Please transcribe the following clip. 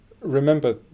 Remember